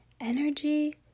Energy